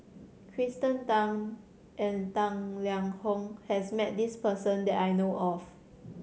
Kirsten Tan and Tang Liang Hong has met this person that I know of